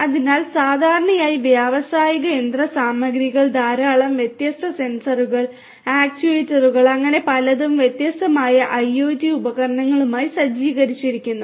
അതിനാൽ സാധാരണയായി വ്യാവസായിക യന്ത്രസാമഗ്രികൾ ധാരാളം വ്യത്യസ്ത സെൻസറുകൾ ആക്യുവേറ്ററുകൾ അങ്ങനെ പലതും വ്യത്യസ്തമായ IoT ഉപകരണങ്ങളുമായി സജ്ജീകരിച്ചിരിക്കുന്നു